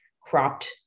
cropped